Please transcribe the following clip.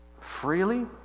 freely